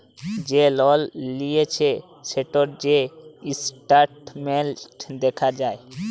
যে লল লিঁয়েছে সেটর যে ইসট্যাটমেল্ট দ্যাখা যায়